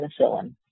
penicillin